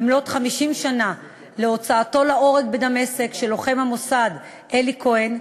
במלאות 50 שנה להוצאתו להורג בדמשק של לוחם המוסד אלי כהן,